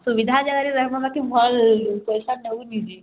ସୁବିଧା ଜାଗାରେ ରହିବା ବାକି ଭଲ୍ ପଇସା ନେଉଛି କି